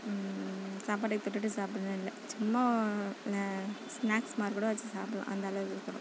சாப்பாடுக்கு தொட்டுட்டு சாப்பிட்ணும்னு இல்லை சும்மா ஸ்நாக்ஸ் மாதிரி கூட வச்சு சாப்புட்லாம் அந்தளவு